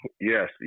Yes